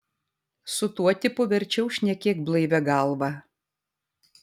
su tuo tipu verčiau šnekėk blaivia galva